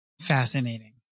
fascinating